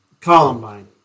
Columbine